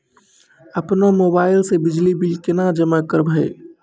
अपनो मोबाइल से बिजली बिल केना जमा करभै?